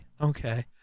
Okay